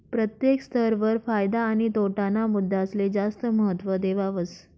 प्रत्येक स्तर वर फायदा आणि तोटा ना मुद्दासले जास्त महत्व देवावस